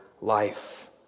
life